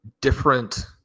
different